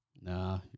Nah